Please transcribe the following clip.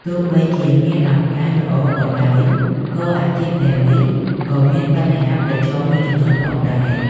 ទោះបីជាមានឱកាសល្អក៏ដោយ ក៏អាជីពទាំងនេះក៏មានបញ្ហាប្រឈមមួយចំនួនផងដែរ។